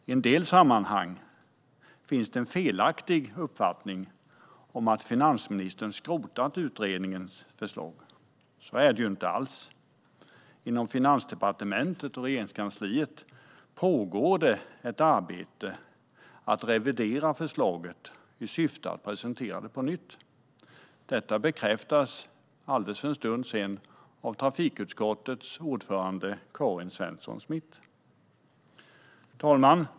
I en del sammanhang finns en felaktig uppfattning, nämligen att finansministern har skrotat utredningens förslag, men så är det inte alls. Inom Finansdepartementet och Regeringskansliet pågår ett arbete med att revidera förslaget i syfte att presentera det på nytt. Detta bekräftades för en stund sedan av trafikutskottets ordförande Karin Svensson Smith. Herr ålderspresident!